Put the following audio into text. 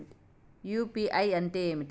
UPI అంటే ఏమి?